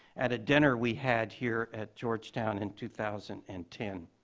at a dinner we had here at georgetown in two thousand and ten.